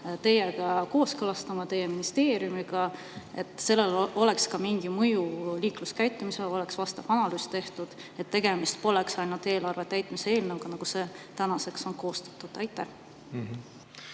pidanud kooskõlastama teiega, teie ministeeriumiga, et sellel oleks mingi mõju liikluskäitumisele? Oleks vastav analüüs tehtud, siis tegemist poleks ainult eelarve täitmise eelnõuga, nagu see tänaseks on koostatud. Aitäh,